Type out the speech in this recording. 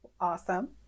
Awesome